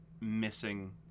missing